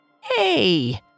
Hey